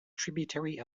tributary